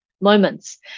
moments